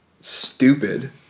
stupid